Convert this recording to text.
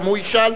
גם הוא ישאל,